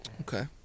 Okay